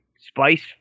spice